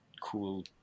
cool